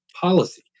policy